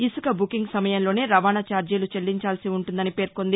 ఇసుక బుకింగ్ సమయంలోనే రవాణా ఛార్జీలు చెల్లించాల్సి ఉంటుందని తెలిపింది